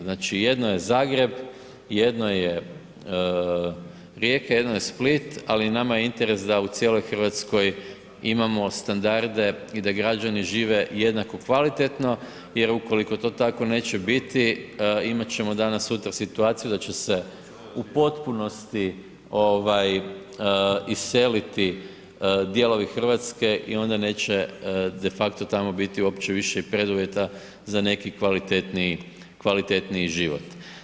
Znači jedno je Zagreb, jedno je Rijeka, jedno je Split, ali nama je interes da u cijeloj Hrvatskoj imamo standarde i da građani žive jednako kvalitetno jer ukoliko to tako neće biti imat ćemo danas, sutra situaciju da će se u potpunosti ovaj iseliti dijelovi Hrvatske i onda će de facto tamo biti uopće više i preduvjeta za neki kvalitetniji život.